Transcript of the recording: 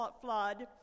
flood